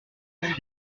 filles